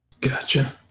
gotcha